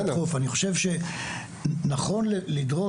מכיוון שאני רוצה שהדיון הזה